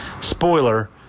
Spoiler